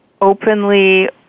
openly